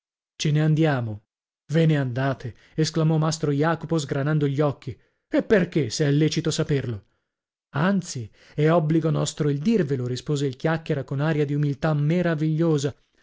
ce ne andiamo ve ne andate esclamò mastro jacopo sgranando gli occhi e perchè se è lecito saperlo anzi è obbligo nostro il dirvelo rispose il chiacchiera con aria di umiltà meravigliosa